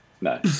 No